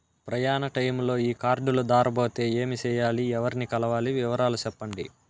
ప్రయాణ టైములో ఈ కార్డులు దారబోతే ఏమి సెయ్యాలి? ఎవర్ని కలవాలి? వివరాలు సెప్పండి?